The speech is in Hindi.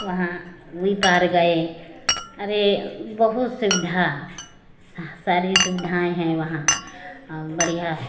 वहाँ उई पार गए अरे बहुत सुविधा सारी सुविधाएँ हैं वहाँ बढ़ियाँ